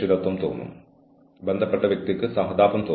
വിവിധ തരത്തിലുള്ള ഇലക്ട്രോണിക് നിരീക്ഷണങ്ങൾ ഉണ്ടാകാം